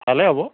ভালেই হ'ব